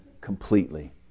completely